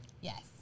Yes